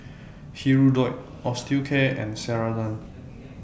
Hirudoid Osteocare and Ceradan